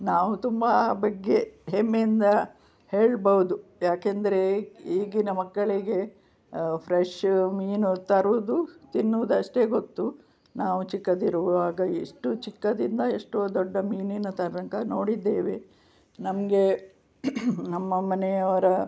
ನಾವು ತುಂಬಾ ಬಗ್ಗೆ ಹೆಮ್ಮೆಯಿಂದ ಹೇಳ್ಬೌದು ಯಾಕೆಂದರೆ ಈಗಿನ ಮಕ್ಕಳಿಗೆ ಫ್ರೆಶ್ ಮೀನು ತರುದು ತಿನ್ನುವುದಷ್ಟೇ ಗೊತ್ತು ನಾವು ಚಿಕ್ಕದಿರುವಾಗ ಎಷ್ಟು ಚಿಕ್ಕದಿಂದ ಎಷ್ಟೋ ದೊಡ್ಡ ಮೀನಿನ ತನಕ ನೋಡಿದ್ದೇವೆ ನಮಗೆ ನಮ್ಮ ಮನೆಯವರ